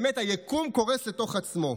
באמת, היקום קורס לתוך עצמו.